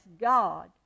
God